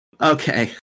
okay